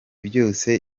byose